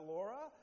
Laura